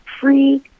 free